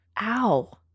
ow